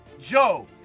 Joe